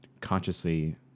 consciously